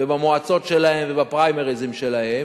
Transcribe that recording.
ובמועצות שלהם ובפריימריסים שלהם,